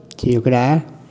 से ओकरा